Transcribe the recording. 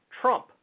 Trump